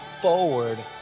forward